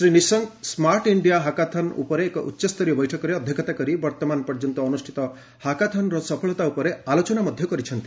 Shri Nishank smart India hackathon ଉପରେ ଏକ ଉଚ୍ଚସ୍ତରୀୟ ବୈଠକରେ ଅଧ୍ୟକ୍ଷତା କରି ବର୍ତ୍ତମାନ ପର୍ଯ୍ୟନ୍ତ ଅନ୍ଦ୍ରଷ୍ଠିତ ହାକାଥନ୍ର ସଫଳତା ଉପରେ ଆଲୋଚନା କରିଛନ୍ତି